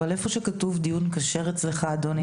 אבל איפה שכתוב דיון כשר אצלך אדוני,